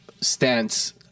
stance